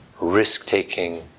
risk-taking